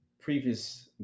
previous